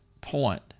point